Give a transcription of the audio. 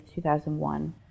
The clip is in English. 2001